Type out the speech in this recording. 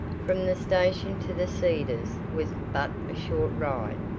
from the station to the cedars was but a short ride,